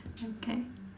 okay